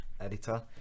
Editor